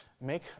make